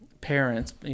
parents